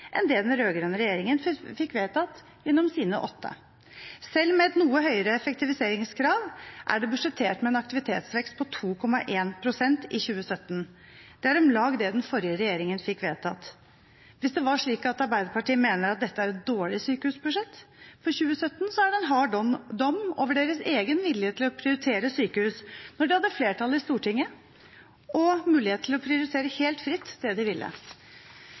enn det den rød-grønne regjeringen fikk vedtatt gjennom sine åtte. Selv med et noe høyere effektiviseringskrav er det budsjettert med en aktivitetsvekst på 2,1 pst. i 2017. Det er om lag det den forrige regjeringen fikk vedtatt. Hvis det er slik at Arbeiderpartiet mener at dette er et dårlig sykehusbudsjett for 2017, er det en hard dom over deres egen vilje til å prioritere sykehus da de hadde flertall i Stortinget og hadde mulighet til å prioritere helt fritt det de ville.